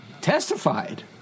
testified